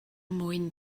mwy